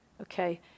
Okay